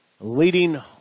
Leading